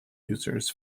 users